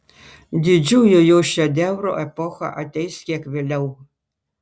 didžiųjų jo šedevrų epocha ateis kiek vėliau